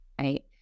right